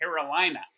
Carolina